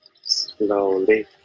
slowly